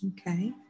Okay